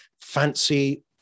fancy